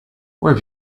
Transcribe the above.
where